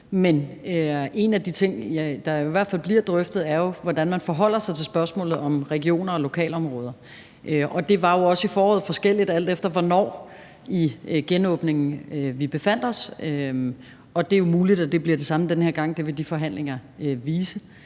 men en af de ting, der i hvert fald bliver drøftet, er, hvordan man forholder sig til spørgsmålet om regioner og lokalområder. Det var jo også i foråret forskelligt, alt efter hvornår i genåbningen vi befandt os, og det er jo muligt, at det bliver det samme den her gang, det vil de forhandlinger vise.